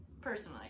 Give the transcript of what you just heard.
personally